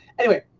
anyway,